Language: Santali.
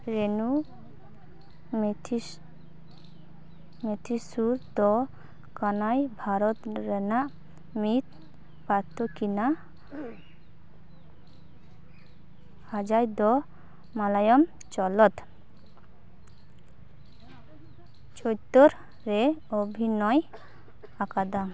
ᱨᱮᱱᱩ ᱢᱮᱛᱷᱤᱥ ᱢᱮᱛᱷᱤ ᱥᱩᱨ ᱫᱚ ᱠᱟᱱᱟᱭ ᱵᱷᱟᱨᱚᱛ ᱨᱮᱱᱟᱜ ᱢᱤᱫ ᱯᱟᱹᱛᱩᱠᱤᱱᱟ ᱦᱟᱡᱟᱭ ᱫᱚ ᱢᱟᱞᱟᱭᱟᱢ ᱪᱚᱞᱚᱛ ᱪᱳᱛᱛᱚᱨ ᱨᱮᱭ ᱚᱵᱷᱤᱱᱚᱭ ᱟᱠᱟᱫᱟ